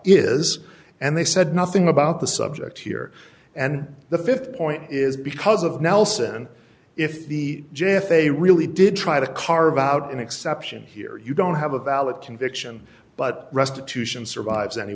is and they said nothing about the subject here and the th point is because of nelson if the jury if they really did try to carve out an exception here you don't have a valid conviction but restitution survives